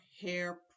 hair